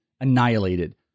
annihilated